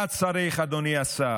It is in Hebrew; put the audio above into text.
אתה, אדוני השר,